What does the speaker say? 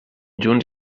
junts